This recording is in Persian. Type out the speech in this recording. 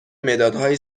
مدادهایی